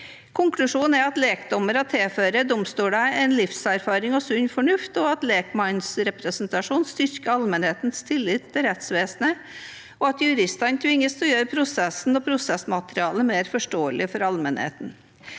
Konklusjonen er at lekdommerne tilfører domstolene livserfaring og sunn fornuft, at lekmannsrepresentasjon styrker allmennhetens tillit til rettsvesenet, og at juristene tvinges til å gjøre prosessen og prosessmaterialet mer forståelig for allmennheten.